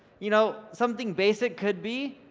you know something basic could be,